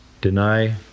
deny